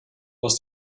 aus